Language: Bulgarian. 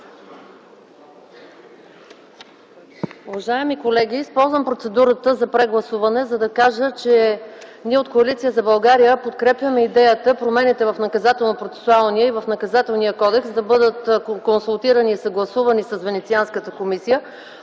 Уважаеми колеги, използвам процедурата за прегласуване, за да кажа, че ние от Коалиция за България подкрепяме идеята промените в Наказателно-процесуалния и в Наказателния кодекс да бъдат консултирани и съгласувани с Венецианската комисия,